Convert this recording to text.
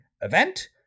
event